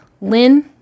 lynn